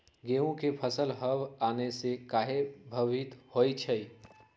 गेंहू के फसल हव आने से काहे पभवित होई छई?